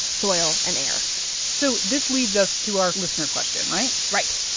soil and air so this leads us to our listener question, right? right,